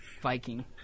viking